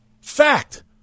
Fact